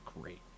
great